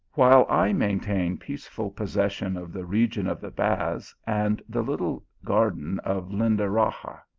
while i maintain peaceful possession of the region of the baths and the little garden of lindaraxa.